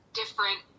different